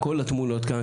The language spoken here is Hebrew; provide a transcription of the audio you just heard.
כל התמונות כאן,